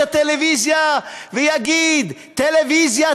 את הטלוויזיה ויגיד: טלוויזיה,